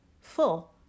full